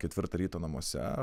ketvirtą ryto namuose